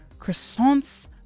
croissants